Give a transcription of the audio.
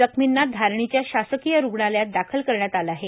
जखमींना धारणीच्या शासकीय रूग्णालयात दाखल करण्यात आला आहे